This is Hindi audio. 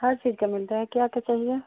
हर चीज़ का मिलता है क्या क्या चाहिए